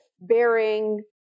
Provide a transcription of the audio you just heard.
bearing